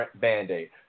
Band-Aid